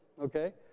okay